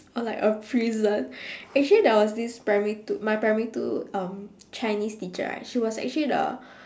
or like a prison actually there was this primary two my primary two um chinese teacher right she was actually the